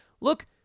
look